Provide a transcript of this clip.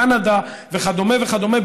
קנדה וכדומה וכדומה,